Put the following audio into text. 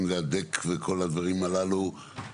עם להדק וכל הדברים הללו.